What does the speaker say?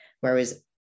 Whereas